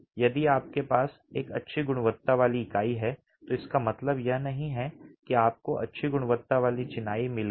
यदि आपके पास एक अच्छी गुणवत्ता वाली इकाई है तो इसका मतलब यह नहीं है कि आपको अच्छी गुणवत्ता वाली चिनाई मिल गई है